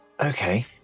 Okay